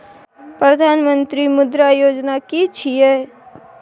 प्रधानमंत्री मुद्रा योजना कि छिए?